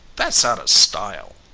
that's out of style.